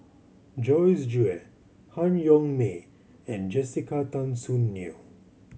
Joyce Jue Han Yong May and Jessica Tan Soon Neo